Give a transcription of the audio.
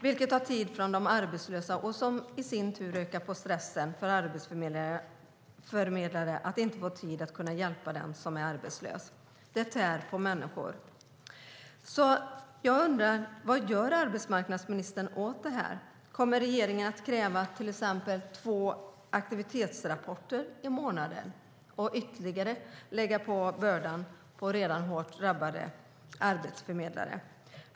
Det tar tid från de arbetslösa, vilket i sin tur ökar stressen för arbetsförmedlarna eftersom de inte får tid att hjälpa den som är arbetslös. Det tär på människor. Jag undrar därför: Vad gör arbetsmarknadsministern åt det här? Kommer regeringen att kräva till exempel två aktivitetsrapporter i månaden, och ytterligare öka bördan på redan hårt drabbade arbetsförmedlare?